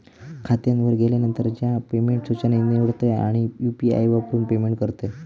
खात्यावर गेल्यानंतर, म्या पेमेंट सूचना निवडतय आणि यू.पी.आई वापरून पेमेंट करतय